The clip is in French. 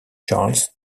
charles